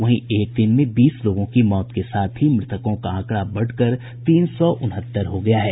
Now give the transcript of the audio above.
वहीं एक दिन में बीस लोगों की मौत के साथ ही मृतकों का आंकड़ा बढ़कर तीन सौ उनहत्तर हो गया है